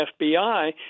FBI